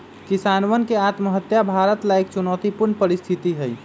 किसानवन के आत्महत्या भारत ला एक चुनौतीपूर्ण परिस्थिति हई